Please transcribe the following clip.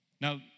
Now